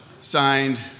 Signed